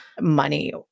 money